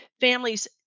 Families